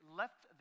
left